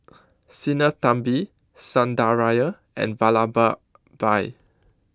Sinnathamby Sundaraiah and Vallabhbhai